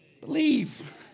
believe